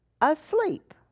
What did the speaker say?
asleep